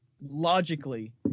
logically